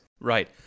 Right